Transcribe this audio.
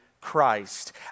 Christ